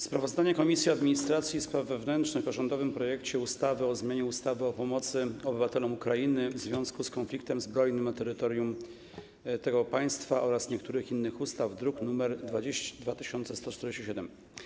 Sprawozdanie Komisji Administracji i Spraw Wewnętrznych o rządowym projekcie ustawy o zmianie ustawy o pomocy obywatelom Ukrainy w związku z konfliktem zbrojnym na terytorium tego państwa oraz niektórych innych ustaw, druk nr 2147.